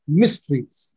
mysteries